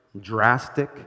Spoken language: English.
drastic